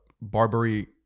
Barbary